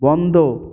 বন্ধ